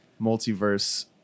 multiverse